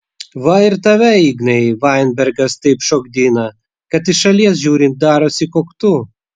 va ir tave ignai vainbergas taip šokdina kad iš šalies žiūrint darosi koktu